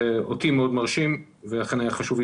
אותי זה מאוד מרשים ולכן היה חשוב לי